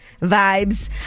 vibes